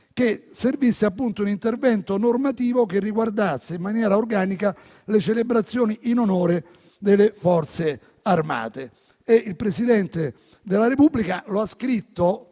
la necessità di un intervento normativo che riguardasse in maniera organica le celebrazioni in onore delle Forze armate. Il Presidente della Repubblica ha scritto